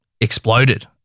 exploded